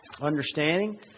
understanding